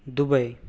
Dubai